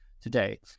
today